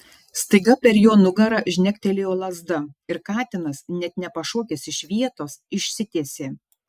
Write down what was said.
staiga per jo nugarą žnektelėjo lazda ir katinas net nepašokęs iš vietos išsitiesė